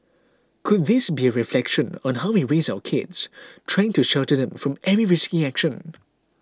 could this be a reflection on how we raise our kids trying to shelter them from every risky action